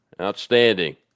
Outstanding